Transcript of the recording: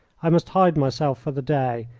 i must hide myself for the day,